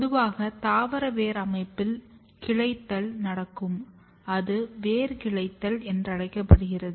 பொதுவாக தாவர வேர் அமைப்பில் கிளைத்தல் நடக்கும் அது வேர் கிளைத்தல் என்றழைக்கப்படுகிறது